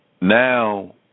now